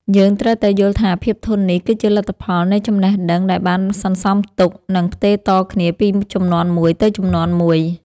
យើងត្រូវតែយល់ថាភាពធន់នេះគឺជាលទ្ធផលនៃចំណេះដឹងដែលបានសន្សំទុក និង ផ្ទេរតគ្នាពីជំនាន់មួយទៅជំនាន់មួយ។